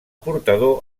portador